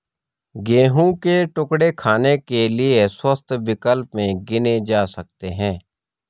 गेहूं के टुकड़े खाने के लिए स्वस्थ विकल्प में गिने जा सकते हैं